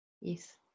Yes